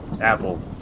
Apple